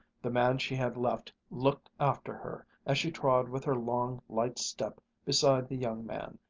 the man she had left looked after her, as she trod with her long, light step beside the young man,